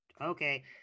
Okay